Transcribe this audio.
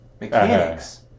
mechanics